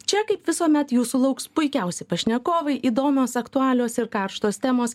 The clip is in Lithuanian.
čia kaip visuomet jūsų lauks puikiausi pašnekovai įdomios aktualios ir karštos temos